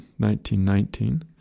1919